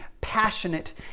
passionate